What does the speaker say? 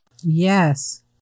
yes